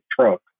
truck